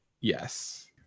Yes